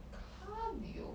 cardio